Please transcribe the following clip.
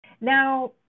Now